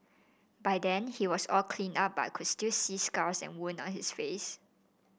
by then he was all cleaned up but I could still see scars and wound on his face